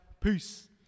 peace